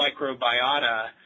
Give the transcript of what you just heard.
microbiota